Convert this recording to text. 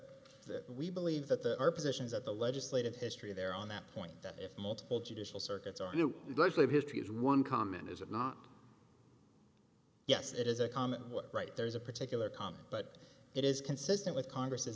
that we believe that there are positions at the legislative history there on that point that if multiple judicial circuits are you grossly mistreated one comment is it not yes it is a common what right there is a particular comment but it is consistent with congress'